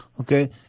Okay